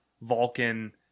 Vulcan